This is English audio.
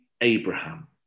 Abraham